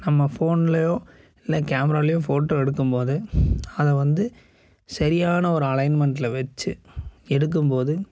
நம்ம ஃபோன்லேயோ இல்லை கேமராவிலையோ ஃபோட்டோ எடுக்கும்போது அதை வந்து சரியான ஒரு அலைன்மென்ட்டில் வச்சு எடுக்கும்போது